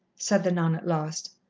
said the nun at last.